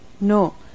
No